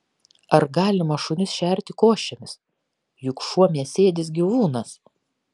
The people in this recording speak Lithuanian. ar galima šunis šerti košėmis juk šuo mėsėdis gyvūnas